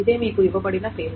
ఇదే మీకు ఇవ్వబడిన పేరు